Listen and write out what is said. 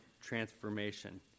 transformation